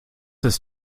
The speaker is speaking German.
ist